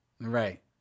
Right